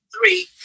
three